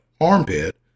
armpit